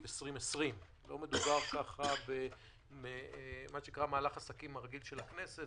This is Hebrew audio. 2020. לא מדובר במהלך העסקים הרגיל של הכנסת.